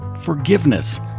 forgiveness